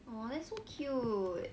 oh that's so cute